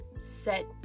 set